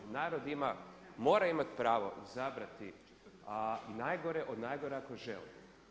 Narod ima, mora imati pravo izabrati i najgore od najgore ako žele.